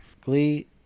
Glee